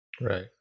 Right